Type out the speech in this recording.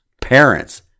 Parents